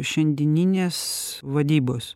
šiandieninės vadybos